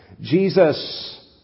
Jesus